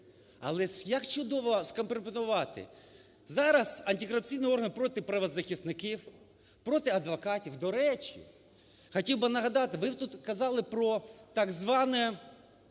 Але як чудово скомпрометувати. Зараз антикорупційні органи проти правозахисників, проти адвокатів. До речі, хотів би нагадати. Ви тут казали про так зване